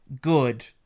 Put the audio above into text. good